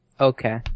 Okay